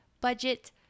budget